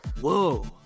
Whoa